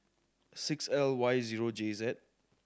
six L Y zero J Z